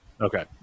Okay